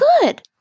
good